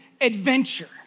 adventure